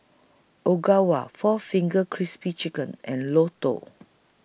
Ogawa four Fingers Crispy Chicken and Lotto